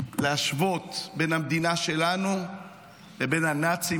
להשוות בין המדינה שלנו לבין הנאצים,